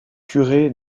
curé